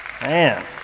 Man